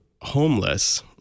homeless